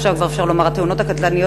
עכשיו כבר אפשר לומר התאונות הקטלניות,